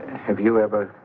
if you ever.